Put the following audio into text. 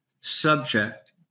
subject